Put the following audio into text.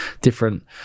different